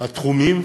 התחומים,